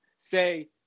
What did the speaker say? say